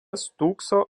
stūkso